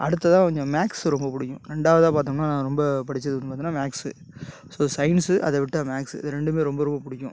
அடுத்ததாக கொஞ்சம் மேக்ஸ் ரொம்ப பிடிக்கும் ரெண்டாவதாக பார்த்தோம்னா நான் ரொம்ப படித்தது வந்து பார்த்திங்கன்னா மேக்ஸு ஸோ சயின்ஸு அதை விட்டால் மேக்ஸு இது ரெண்டுமே ரொம்ப ரொம்ப பிடிக்கும்